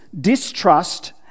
distrust